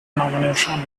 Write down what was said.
nomination